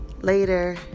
Later